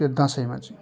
त्यो दसैँमा चाहिँ